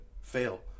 fail